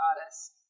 goddess